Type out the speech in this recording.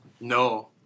No